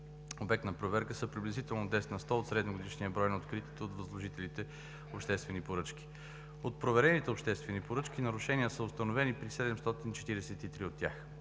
Обект на проверка са приблизително 10% от средногодишния брой на откритите от възложителите обществени поръчки. От проверените обществени поръчки нарушения са установени при 743 от тях.